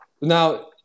Now